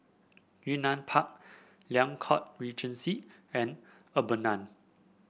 Yunnan Park Liang Court Regency and Urbana